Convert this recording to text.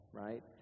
right